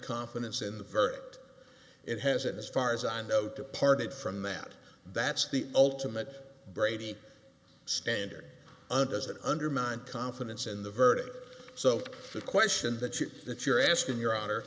confidence in the verdict it has and as far as i know departed from that that's the ultimate brady standard and doesn't undermine confidence in the verdict so the question that you that you're asking your honor